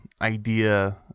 idea